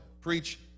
preach